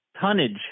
Tonnage